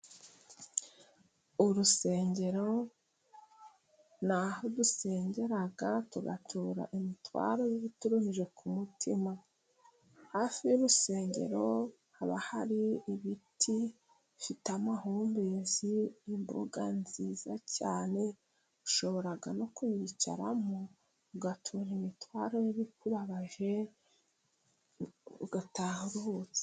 Urusengero ni aho dusengera tugatura imitwaro y'ibituruhije ku mutima . Hafi y'urusengero haba hari ibiti bifite amahumbezi , imbuga nziza cyane, ushobora no kuyicaramo ugatura imitwaro y'ibikubabaje , ugataha uruhutse.